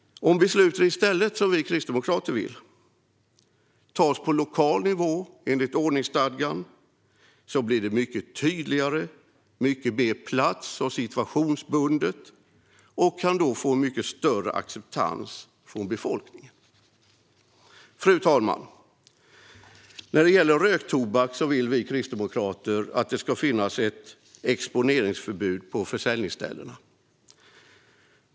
Om besluten i stället tas på lokal nivå enligt ordningsstadgan, som vi kristdemokrater vill, blir det mycket tydligare och mer plats och situationsbundet. Det kan då också få större acceptans från befolkningen. Fru talman! När det gäller röktobak vill vi kristdemokrater att det ska finnas ett exponeringsförbud på försäljningsställena.